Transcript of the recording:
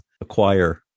acquire